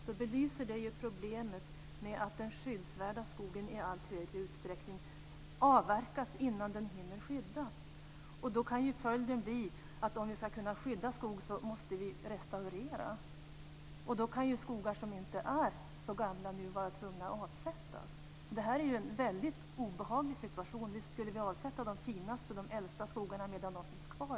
Det belyser problemet med att den skyddsvärda skogen i allt större utsträckning avverkas innan den hinner skyddas. Följden kan då bli att om vi ska kunna skydda skog måste vi restaurera. Då kan vi vara tvungna att avsätta skogar som nu inte är så gamla. Det är en väldigt obehaglig situation. Vi skulle i stället avsätta de finaste och äldsta skogarna medan de finns kvar.